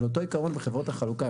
על אותו עיקרון בחברות החלוקה.